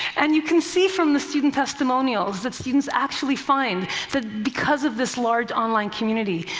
and you can see from the student testimonials that students actually find that because of this large online community,